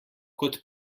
kot